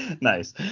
Nice